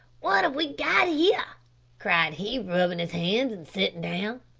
what have we got here cried he, rubbin' his hands and sittin' down.